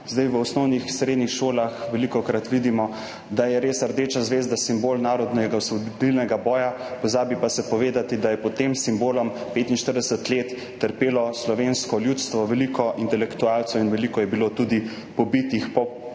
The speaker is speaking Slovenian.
v osnovnih, srednjih šolah velikokrat vidimo, da je res rdeča zvezda simbol narodnega osvobodilnega boja, pozabi pa se povedati, da je pod tem simbolom 45 let trpelo slovensko ljudstvo, veliko intelektualcev. In veliko je bilo tudi pobitih v